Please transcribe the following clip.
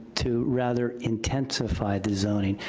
to rather intensify the zoning.